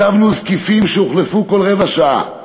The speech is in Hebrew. הצבנו זקיפים שהוחלפו כל רבע שעה.